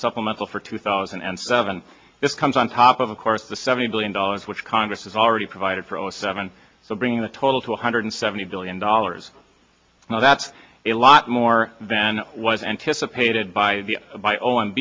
supplemental for two thousand and seven this comes on top of of course the seventy billion dollars which congress has already provided for all seven so bringing the total to one hundred seventy billion dollars now that's a lot more than was anticipated by the by o